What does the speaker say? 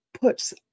puts